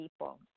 people